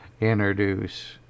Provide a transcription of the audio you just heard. introduce